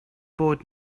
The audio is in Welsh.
bod